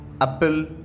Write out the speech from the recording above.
apple